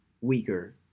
weaker